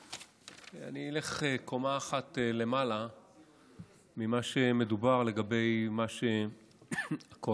אני אלך קומה אחת למעלה ממה שמדובר לגבי מה שהקואליציה